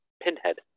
Pinhead